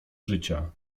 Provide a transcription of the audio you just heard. życia